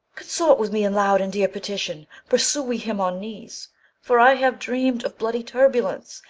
consort with me in loud and dear petition, pursue we him on knees for i have dreamt of bloody turbulence,